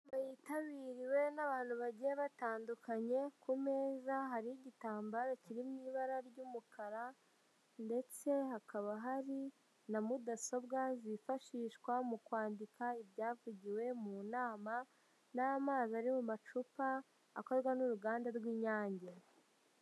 Inama yitabiriwe n'abantu bagiye batandukanye, ku meza hari igitambaro kiririmo ibara ry'umukara ndetse hakaba hari na mudasobwa zifashishwa mu kwandika ibyavugiwe mu nama n'amazi ari mu macupa akorwa n'uruganda rw'inyange.